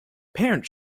parents